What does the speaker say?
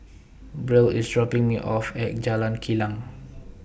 Brielle IS dropping Me off At Jalan Kilang